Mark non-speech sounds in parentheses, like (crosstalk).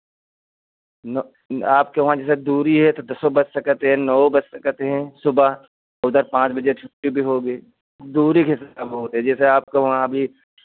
ना आपके वहाँ जैसे दूरी है तो दसो बज सकत है नवो बज सकत है सुबह उधर पाँच बजे छुट्टी भी होगी दूरी के (unintelligible) बहुत है जैसे आपका वहाँ अभी